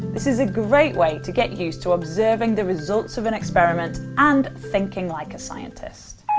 this is a great way to get used to observing the results of an experiment and thinking like a scientist.